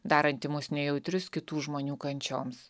daranti mus nejautrius kitų žmonių kančioms